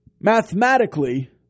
Mathematically